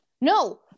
No